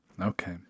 Okay